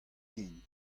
ken